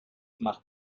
macht